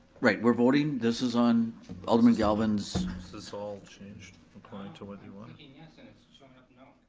right, we're voting this is on alderman galvin's. is this all changed according to what you want? assets, showing up no.